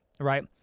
right